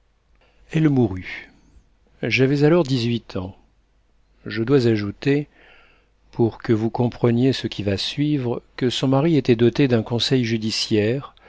elle mourut j'avais alors dix-huit ans je dois ajouter pour que vous compreniez ce qui va suivre que son mari était doté d'un conseil judiciaire